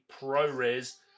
ProRes